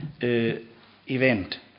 event